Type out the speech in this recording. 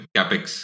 Capex